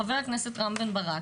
חבר הכנסת רם בן ברק,